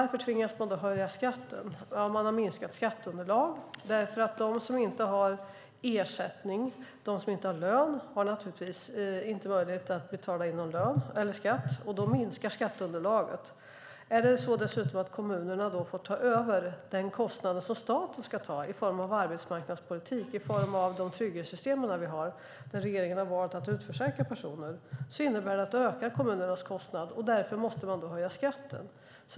Man har minskat skatteunderlag därför att de som inte har lön naturligtvis inte har möjlighet att betala in någon skatt. Om kommunerna dessutom får ta över den kostnad som staten ska ta, i form av arbetsmarknadspolitik och trygghetssystem, som de får då regeringen har valt att utförsäkra personer innebär det att kommunernas kostnader ökar, och därför måste de höja skatten.